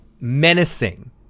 menacing